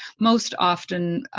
most often,